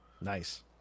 Nice